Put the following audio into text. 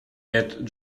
add